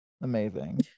amazing